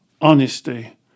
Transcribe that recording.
honesty